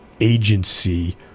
Agency